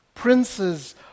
Princes